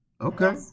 okay